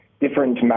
different